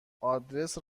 آدرس